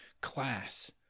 class